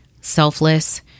selfless